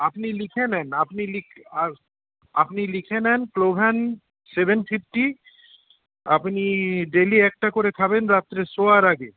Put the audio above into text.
আপনি লিখে নেন আপনি লিখে আর আপনি লিখে নেন সেভেন ফিফটি আপনি ডেলি একটা করে খাবেন রাত্রে শোয়ার আগে